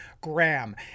Graham